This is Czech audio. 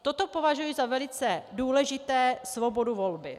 Toto považuji za velice důležité svobodu volby.